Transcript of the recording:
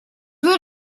would